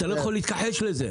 אתה לא יכול להתכחש לזה.